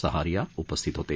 सहारिया उपस्थित होते